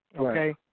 Okay